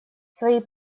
свои